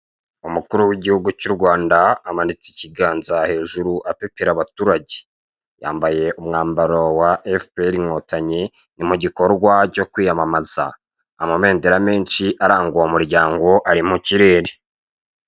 Umukuru w'igihugu cy'u Rwanda amanitse ikiganza hejuru apepera abaturage. Yambaye umwambaro wa efuperi inkotanyi ni mu gikorwa cyo kwiyamamaza. Amabendera menshi aranga uwo muryango ari mu kirere.